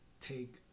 take